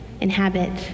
inhabit